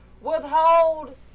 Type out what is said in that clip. withhold